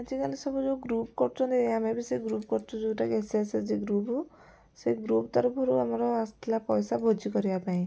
ଆଜିକାଲି ସବୁ ଯେଉଁ ଗ୍ରୁପ୍ କରୁଛନ୍ତି ଆମେ ବି ସେଇ ଗ୍ରୁପ୍ କରୁଛୁ ଯେଉଁଟାକି ଏସ୍ ଏଚ୍ ଜି ଗ୍ରୁପ୍ ସେଇ ଗ୍ରୁପ୍ ତରଫରୁ ଆମର ଆସିଥିଲା ପଇସା ଭୋଜି କରିବା ପାଇଁ